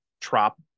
TROP